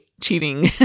cheating